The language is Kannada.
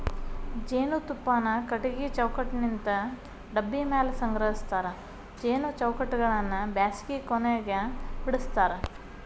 ಜೇನುತುಪ್ಪಾನ ಕಟಗಿ ಚೌಕಟ್ಟನಿಂತ ಡಬ್ಬಿ ಮ್ಯಾಲೆ ಸಂಗ್ರಹಸ್ತಾರ ಜೇನು ಚೌಕಟ್ಟಗಳನ್ನ ಬ್ಯಾಸಗಿ ಕೊನೆಗ ಬಿಡಸ್ತಾರ